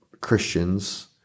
Christians